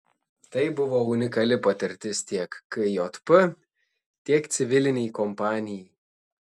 tai buvo unikali patirtis tiek kjp tiek civilinei kompanijai